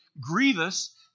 grievous